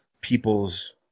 people's